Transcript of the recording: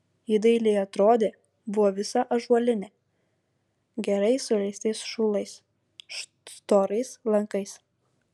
ji dailiai atrodė buvo visa ąžuolinė gerai suleistais šulais storais lankais